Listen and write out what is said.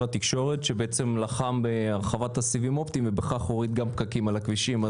התקשורת שלחם על הסיבים האופטיים ובכך הוריד גם פקקים מהכבישים.